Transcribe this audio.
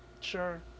Sure